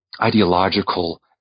ideological